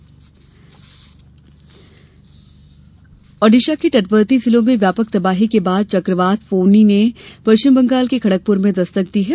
मौसम ओडिशा के तटवर्ती जिलों में व्यापक तबाही के बाद चक्रवात फोनी ने पश्चिम बंगाल के खड़गपुर में दस्तक दी है